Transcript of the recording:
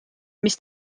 mida